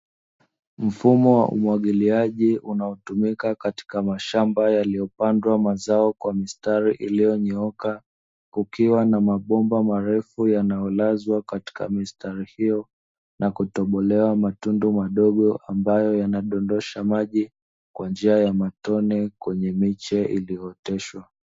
Mfumo wa umwagiliaji unaotumika katika mashamba yaliyo pandwa mazao kwa mistari iliyonyooka, kukiwa na mabomba marefu yanayolazwa katikati ya mistari hiyo, na kutobolewa matundu madogo ambayo yana dondosha maji kwa njia ya matone kwenye miche iliyooteshwa.